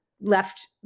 left